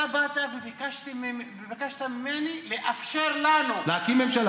אתה באת וביקשת ממני לאפשר לנו, להקים ממשלה.